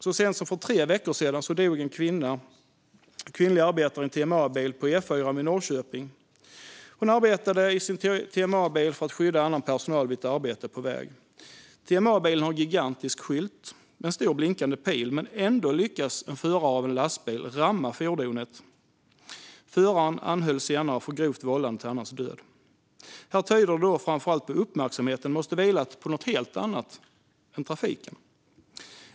Så sent som för tre veckor sedan dog en kvinnlig arbetare i en TMA-bil på E4:an vid Norrköping. Hon arbetade i sin TMA-bil för att skydda annan personal vid ett arbete på väg. TMA-bilen har en gigantisk skylt med en stor blinkande pil, men ändå lyckades en förare av en lastbil ramma fordonet. Föraren anhölls senare för grovt vållande till annans död. Här måste förarens uppmärksamhet ha vilat på något helt annat än trafiken.